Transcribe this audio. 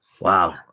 Wow